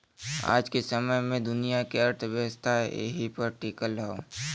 आज के समय मे दुनिया के अर्थव्यवस्था एही पर टीकल हौ